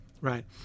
right